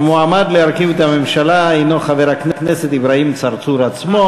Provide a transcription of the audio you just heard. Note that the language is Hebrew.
המועמד להרכיב את הממשלה הנו חבר הכנסת אברהים צרצור עצמו.